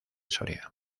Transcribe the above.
soria